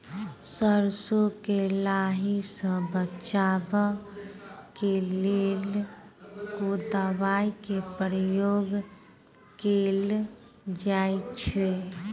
सैरसो केँ लाही सऽ बचाब केँ लेल केँ दवाई केँ प्रयोग कैल जाएँ छैय?